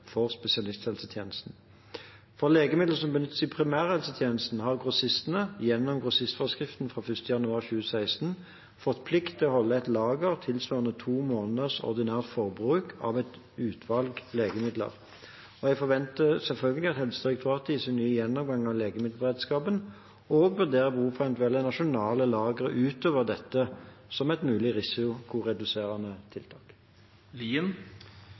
for spesialisthelsetjenesten. For legemidler som benyttes i primærhelsetjenesten, har grossistene, gjennom grossistforskriften fra 1. januar 2016, fått plikt til å holde et lager tilsvarende to måneders ordinært forbruk av utvalgte legemidler. Jeg forventer selvfølgelig at Helsedirektoratet, i sin nye gjennomgang av legemiddelberedskapen, også vurderer behov for eventuelle nasjonale lagre utover dette, som et mulig risikoreduserende tiltak.